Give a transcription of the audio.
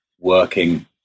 working